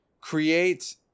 Create